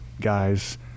guys